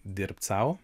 dirbt sau